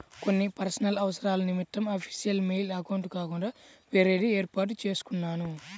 కొన్ని పర్సనల్ అవసరాల నిమిత్తం అఫీషియల్ మెయిల్ అకౌంట్ కాకుండా వేరేది వేర్పాటు చేసుకున్నాను